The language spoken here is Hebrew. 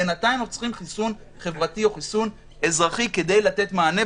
בינתיים אנחנו צריכים חיסון חברתי או חיסון אזרחי כדי לתת מענה,